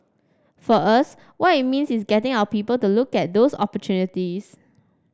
for us what it means is getting our people to look at those opportunities